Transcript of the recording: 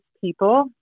people